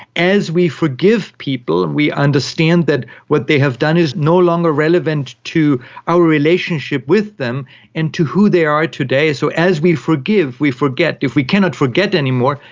as we forgive people and we understand that what they have done is no longer relevant to our relationship with them and to who they are today, so as we forgive, we forget. if we cannot forget anymore,